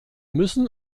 müssen